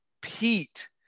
pete